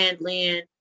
land